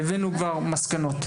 והבאנו כבר מסקנות,